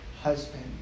husband